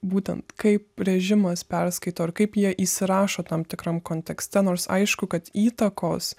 būtent kaip režimas perskaito ir kaip jie įsirašo tam tikram kontekste nors aišku kad įtakos